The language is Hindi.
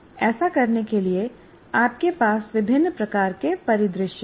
ऐसा करने के लिए आपके पास विभिन्न प्रकार के परिदृश्य हैं